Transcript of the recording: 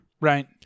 Right